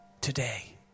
today